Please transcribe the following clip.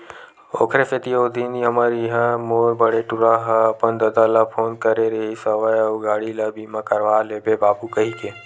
ओखरे सेती ओ दिन हमर इहाँ मोर बड़े टूरा ह अपन ददा ल फोन करे रिहिस हवय अउ गाड़ी ल बीमा करवा लेबे बाबू कहिके